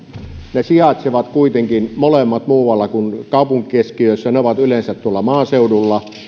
ne sijaitsevat kuitenkin molemmat muualla kuin kaupunkikeskiössä ne ovat yleensä tuolla maaseudulla